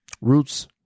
Roots